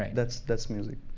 that's that's music.